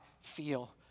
feel